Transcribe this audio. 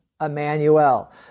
Emmanuel